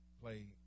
play